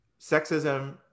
sexism